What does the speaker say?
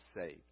saved